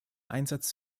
einsatz